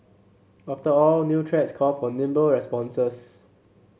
after all new threats call for nimble responses